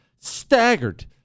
staggered